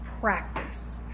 practice